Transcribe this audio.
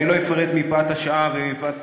אני לא אפרט מפאת השעה ומפאת